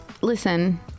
Listen